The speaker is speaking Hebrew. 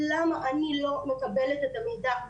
למה אני לא מקבלת את המידע?